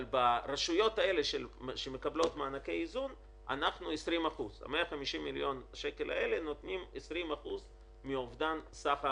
אבל ברשויות האלה שמקבלות מענקי איזון אנחנו 20%. ה-150 מיליוני שקלים האלה נותנים 20% מאובדן סך ההכנסות,